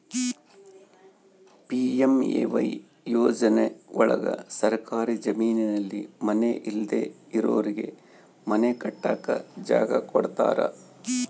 PMAY ಯೋಜನೆ ಒಳಗ ಸರ್ಕಾರಿ ಜಮೀನಲ್ಲಿ ಮನೆ ಇಲ್ದೆ ಇರೋರಿಗೆ ಮನೆ ಕಟ್ಟಕ್ ಜಾಗ ಕೊಡ್ತಾರ